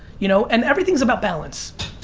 you know and everything's about balance,